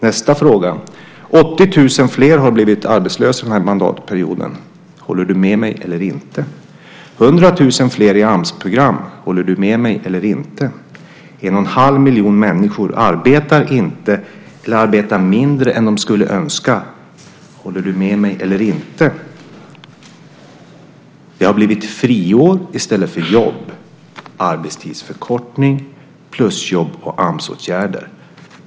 Nästa fråga är: 80 000 fler har blivit arbetslösa under den här mandatperioden. Håller du med mig eller inte? 100 000 fler finns i Amsprogram. Håller du med mig eller inte? En och en halv miljon människor arbetar inte eller arbetar mindre än de skulle önska. Håller du med mig eller inte? Det har blivit friår i stället för jobb. Vi ser arbetstidsförkortning, plusjobb och Amsåtgärder.